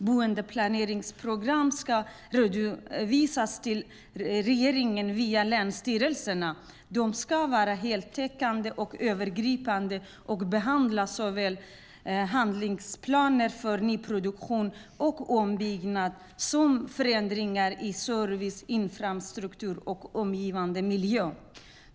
Boendeplaneringsprogrammen ska redovisas till regeringen via länsstyrelserna. De ska vara heltäckande och övergripande och behandla såväl handlingsplaner för nyproduktion och ombyggnad som förändringar i service, infrastruktur och omgivande miljö.